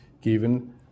given